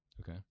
okay